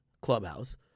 Clubhouse